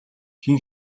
хэн